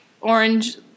orange